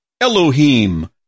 Elohim